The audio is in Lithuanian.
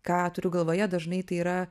ką turiu galvoje dažnai tai yra